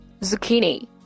zucchini